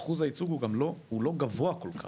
אחוז הייצוג הוא לא גבוה כל כך.